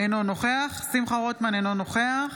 אינו נוכח שמחה רוטמן, אינו נוכח